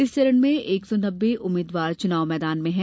इस चरण में एक सौ नब्बे उम्मीदवार चुनाव मैदान में हैं